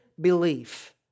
belief